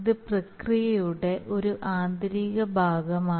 ഇത് പ്രക്രിയയുടെ ഒരു ആന്തരിക ഭാഗമാണ്